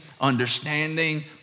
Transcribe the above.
understanding